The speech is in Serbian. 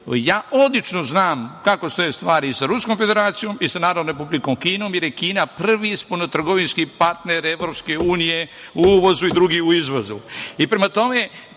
Odlično znam kako stoje stvari sa Ruskom Federacijom i sa Narodnom Republikom Kinom, jer je Kina prvi spoljnotrgovinski partner EU u uvozu i drugi u izvozu.